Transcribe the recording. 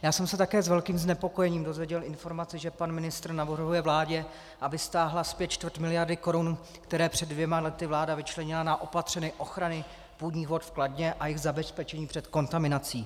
Také jsem se s velkým znepokojením dozvěděl informace, že pan ministr navrhuje vládě, aby stáhla zpět čtvrt miliardy korun, které před dvěma lety vláda vyčlenila na opatření k ochraně půdních vod v Kladně a jejich zabezpečení před kontaminací.